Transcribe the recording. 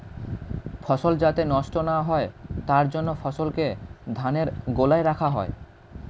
ফসল যাতে নষ্ট না হয় তার জন্য ফসলকে ধানের গোলায় রাখা হয়